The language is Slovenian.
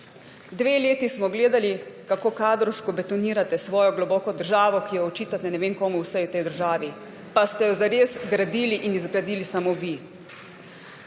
Dve leti smo gledali, kako kadrovsko betonirate svojo globoko državo, ki jo očitate ne vem komu vse v tej državi, pa ste jo zares gradili in izgradili samo vi.